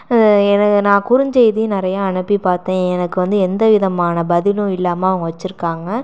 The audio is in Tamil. நான் குறுந்செய்தி நிறையா அனுப்பி பார்த்தேன் எனக்கு வந்து எந்த விதமான பதிலும் இல்லாமல் அவங்க வைச்சிருக்காங்க